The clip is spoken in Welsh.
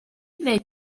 neu